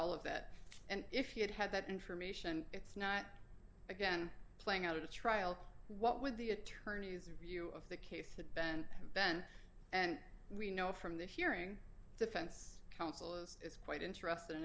all of that and if he had had that information it's not again playing out at a trial what would the attorneys review of the case that ben ben and we know from this hearing defense counsel is quite interest